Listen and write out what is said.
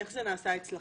איך זה נעשה אצלכם?